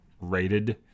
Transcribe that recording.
rated